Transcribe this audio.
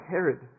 Herod